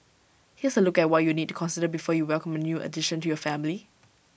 here's A look at what you need to consider before you welcome A new addition to your family